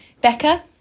Becca